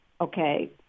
Okay